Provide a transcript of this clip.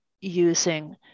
using